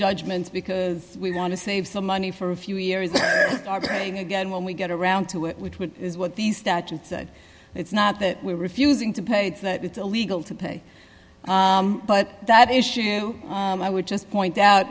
judgments because we want to save some money for a few years again when we get around to it which which is what the statute said it's not that we're refusing to pay it's that it's illegal to pay but that issue i would just point out